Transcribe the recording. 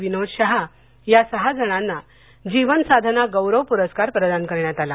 विनोद शहा या सहा जणांना जीवनसाधना गौरव प्रस्कार प्रदान करण्यात आला